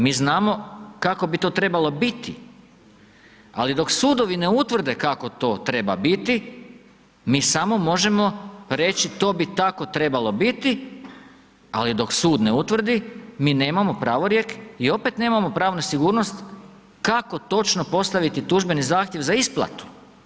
Mi znamo kako bi to trebalo biti, ali dok sudovi ne utvrde kako to trebalo biti, mi samo možemo reći, to bi tako trebalo biti, ali dok sud ne utvrdi, mi nemamo pravorijek i opet nemamo pravnu sigurnost, kako točno postaviti tužbeni zahtjev za isplatu.